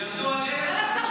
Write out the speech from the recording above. ירדו על אלה --- על הסרבנים.